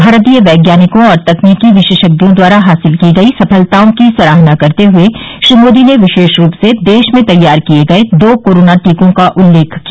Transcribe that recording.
भारतीय पैज्ञानिकों और तकनिकी विशेषज्ञों द्वारा हासिल की गई सफलताओं की सराहना करते हए श्री मोदी ने विशेष रूप से देश में तैयार किये गये दो कोरोना टीकों का उल्लेख किया